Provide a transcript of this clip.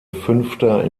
fünfter